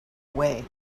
away